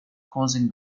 causing